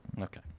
Okay